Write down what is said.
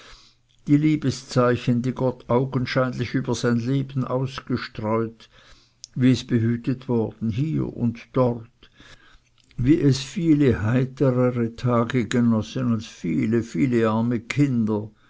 die liebeszeichen die gott augenscheinlich über sein leben ausgestreut wie es behütet worden hier und dort wie es viel heiterere tage genossen als viele viele arme kinder